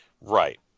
Right